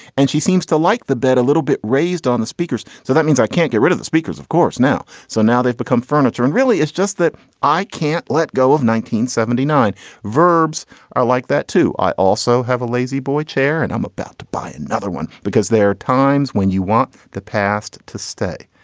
and she seems to like the bed a little bit raised on the speakers. so that means i can't get rid of the speakers, of course, now. so now they've become furniture. and really it's just that i can't let go of one thousand nine verbs are like that too. i also have a lazy boy chair and i'm about to buy another one because there are times when you want the past to stay.